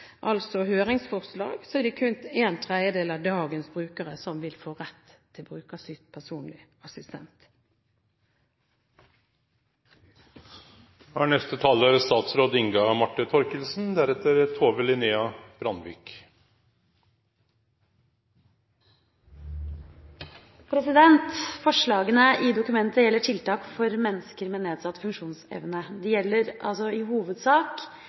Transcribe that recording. altså høringsforslaget – er det kun en tredjedel av dagens brukere som vil få rett til brukerstyrt personlig assistent. Forslagene i dokumentet gjelder tiltak for mennesker med nedsatt funksjonsevne. Det gjelder i hovedsak